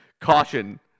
Caution